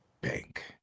bank